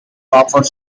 offers